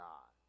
God